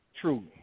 true